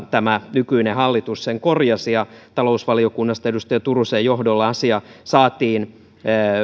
tämä nykyinen hallitus sen korjasi talousvaliokunnasta edustaja turusen johdolla asia saatiin